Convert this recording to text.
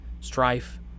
strife